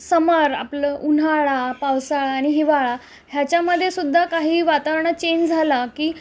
समर आपलं उन्हाळा पावसाळा आणि हिवाळा ह्याच्यामध्येसुद्धा काही वातावरणात चेंज झाला की